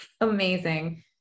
Amazing